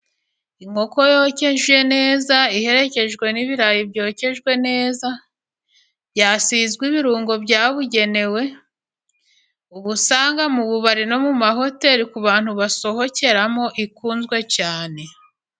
Inkoko yokeje neza, iherekejwe n'ibirayi byokejwe neza byasizwe ibirungo byabugenewe, uba usanga mu bubari no mu mahoteli ku bantu basohokeramo ikunzwe cyane.